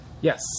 Yes